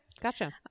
Gotcha